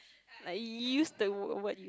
like you used the word